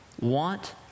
want